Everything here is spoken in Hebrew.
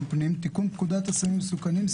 פנים תיקון פקודת הסמים המסוכנים,